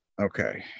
okay